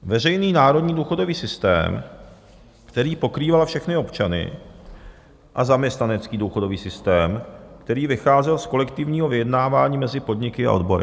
Veřejný národní důchodový systém, který pokrýval všechny občany, a zaměstnanecký důchodový systém, který vycházel z kolektivního vyjednávání mezi podniky a odbory.